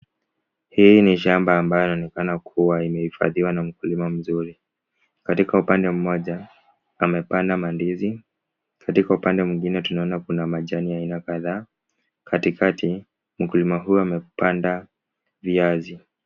Hii ni shamba ambayo inaonekana kuwa imehifadhiwa na mkulima mzuri. Katika upande mmoja amepanda mandizi. Katika upande mwingine tunaona kuna majani ya aina kadhaa, katikati mkulima huyo amepanda viazi.